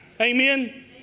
Amen